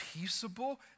peaceable